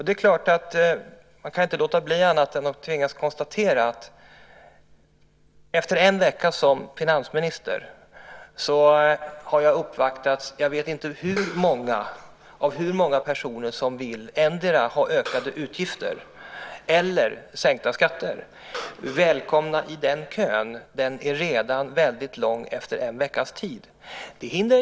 Det är klart att jag inte kan annat än tvingas konstatera att jag efter en vecka som finansminister har uppvaktats av jag vet inte hur många personer som vill ha endera ökade utgifter eller också sänkta skatter. Välkomna i den kön! Den är redan efter en veckas tid väldigt lång.